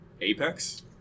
Apex